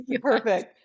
Perfect